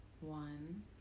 one